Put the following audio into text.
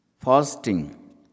Fasting